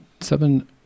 seven